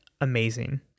amazing